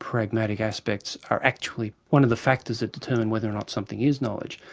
pragmatic aspects are actually one of the factors that determine whether or not something is knowledge.